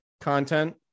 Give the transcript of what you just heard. content